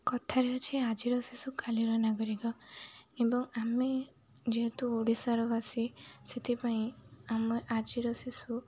କଥାରେ ଅଛି ଆଜିର ଶିଶୁ କାଲିର ନାଗରିକ ଏବଂ ଆମେ ଯେହେତୁ ଓଡ଼ିଶାର ବାସି ସେଥିପାଇଁ ଆମେ ଆଜିର ଶିଶୁ